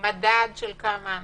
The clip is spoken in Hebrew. מדד של כמה אנשים,